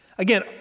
Again